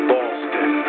Boston